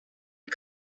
are